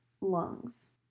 lungs